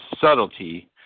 subtlety